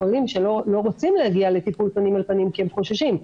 שלא רוצים להגיע לטפול פנים אל פנים כי הם חוששים,